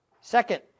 Second